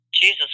Jesus